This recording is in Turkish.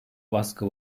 baskı